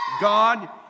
God